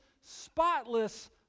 spotless